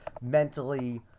mentally